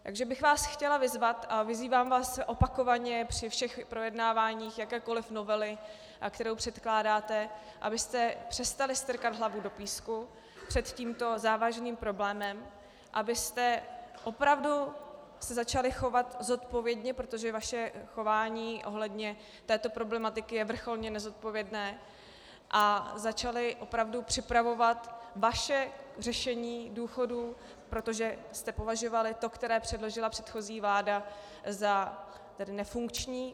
Takže bych vás chtěla vyzvat, a vyzývám vás opakovaně při projednáváních jakékoli novely, kterou předkládáte, abyste přestali strkat hlavu do písku před tímto závažným problémem, abyste se opravdu začali chovat zodpovědně, protože vaše chování ohledně této problematiky je vrcholně nezodpovědné, a začali opravdu připravovat vaše řešení důchodů, protože jste považovali to, které předložila předchozí vláda, za nefunkční.